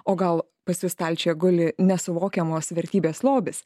o gal pas jus stalčiuje guli nesuvokiamos vertybės lobis